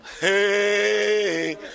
Hey